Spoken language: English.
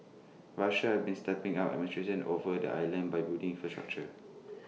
Russia has been stepping up administration over the islands by building infrastructure